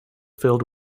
filled